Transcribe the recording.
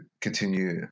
continue